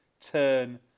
turn